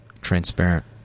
Transparent